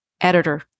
editor